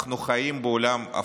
אנחנו חיים בעולם הפוך.